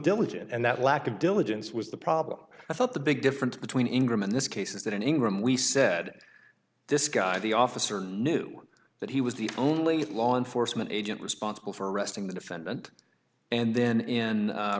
diligent and that lack of diligence was the problem i thought the big difference between ingram in this case is that in ingram we said this guy the officers knew that he was the only law enforcement agent responsible for arresting the defendant and then in